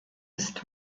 ist